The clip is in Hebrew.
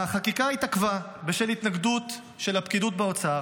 החקיקה התעכבה בשל התנגדות של הפקידות באוצר,